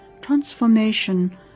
Transformation